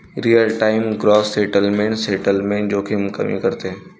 real time gross settlement settlement जोखीम कमी करते